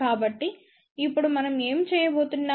కాబట్టి ఇప్పుడు మనం ఏమి చేయబోతున్నాం